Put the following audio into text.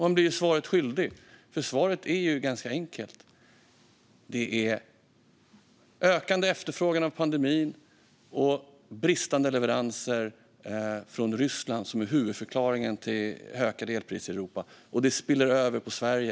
Han blir svaret skyldig, men svaret är ganska enkelt: Det är ökande efterfrågan på grund av pandemin och bristande leveranser från Ryssland som är huvudförklaringen till de ökande elpriserna i Europa, och detta spiller över på Sverige.